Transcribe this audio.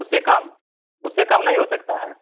उससे कम उससे कम नहीं हो सकता है